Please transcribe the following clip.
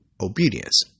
obedience